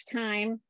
time